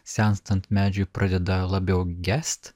senstant medžiui pradeda labiau gest